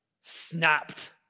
snapped